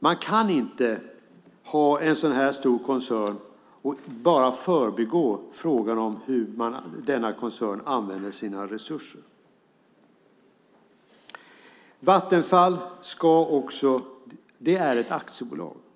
Man kan inte ha en sådan här stor koncern och bara förbigå frågan om hur denna koncern använder sina resurser. Vattenfall är ett aktiebolag.